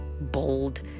bold